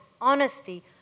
honesty